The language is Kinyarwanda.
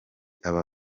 aba